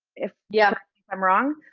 if yeah i'm wrong.